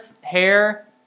hair